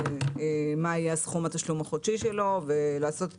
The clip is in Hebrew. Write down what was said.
מה יהיה סכום התשלום החודשי שלו ולעשות את